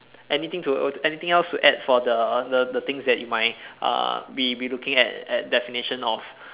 anything to anything else to add for the the the things that you might uh be be looking at at definition of